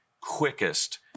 quickest